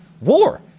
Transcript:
war